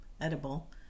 edible